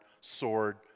sword